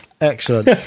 Excellent